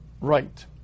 right